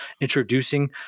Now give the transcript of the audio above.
introducing